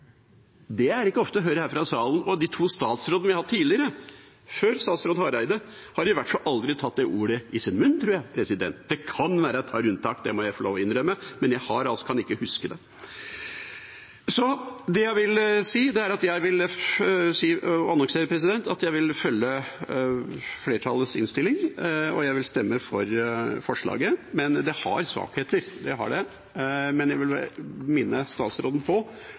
salen. De to statsrådene vi hadde før statsråd Hareide, har i hvert fall aldri tatt det ordet i sin munn. Det kan være et par unntak, det må jeg innrømme, men jeg kan altså ikke huske det. Det jeg vil annonsere, er at jeg vil følge flertallets innstilling og stemme for forslaget. Men det har svakheter, og jeg vil minne statsråden på at forskriftene og tiltakene i så fall må være så enkle at vanlige folk lett kan gå inn på dem. Det må være veldig lav terskel for å gå inn i registreringsprosedyren. Øvelseskjøring i Norge i det hele tatt gjøres på